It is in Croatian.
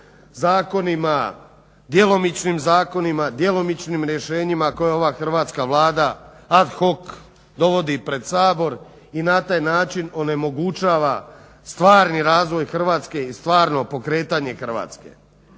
zakonima, djelomičnim zakonima, djelomičnim rješenjima koje ova hrvatska Vlada ad hoc dovodi pred Sabor i na taj način onemogućava stvarni razvoj Hrvatske i stvarno pokretanje Hrvatske.